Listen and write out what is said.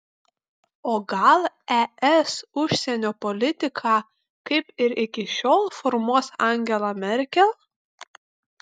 o gal es užsienio politiką kaip ir iki šiol formuos angela merkel